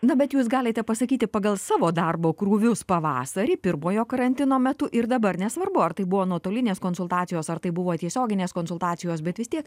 na bet jūs galite pasakyti pagal savo darbo krūvius pavasarį pirmojo karantino metu ir dabar nesvarbu ar tai buvo nuotolinės konsultacijos ar tai buvo tiesioginės konsultacijos bet vis tiek